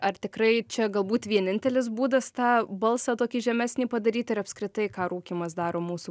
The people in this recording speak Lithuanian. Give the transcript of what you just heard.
ar tikrai čia galbūt vienintelis būdas tą balsą tokį žemesnį padaryt ir apskritai ką rūkymas daro mūsų